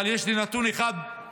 אבל יש לי נתון אחד ברור: